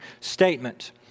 statement